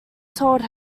told